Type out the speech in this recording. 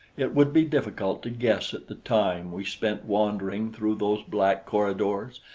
it would be difficult to guess at the time we spent wandering through those black corridors,